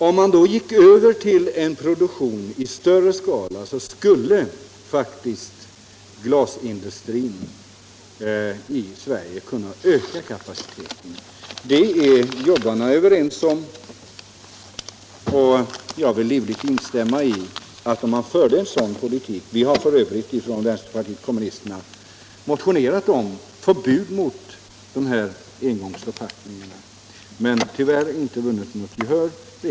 Om man gick över till en sådan glasproduktion i större skala skulle faktiskt glasindustrin i Sverige kunna öka kapaciteten. Det är jobbarna överens om och jag vill livligt instämma. Vi har för övrigt från väns terpartiet kommunisterna motionerat om förbud mot engångsförpackningar men tyvärr inte vunnit något gehör för vårt förslag.